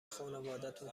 خونوادتون